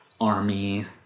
army